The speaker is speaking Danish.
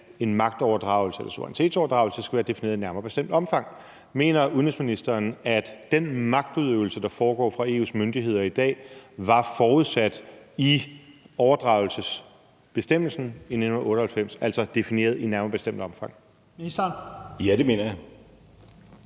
at en magtoverdragelse eller suverænitetsoverdragelse skal være defineret i et nærmere bestemt omfang? Mener udenrigsministeren, at den magtudøvelse, der foregår fra EU's myndigheder i dag, var forudsat i overdragelsesbestemmelsen i 1998, altså defineret i et nærmere bestemt omfang? Kl. 17:50 Første